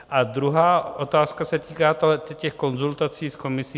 A druhá otázka se týká těch konzultací s Komisí.